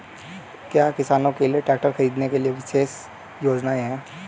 क्या किसानों के लिए ट्रैक्टर खरीदने के लिए विशेष योजनाएं हैं?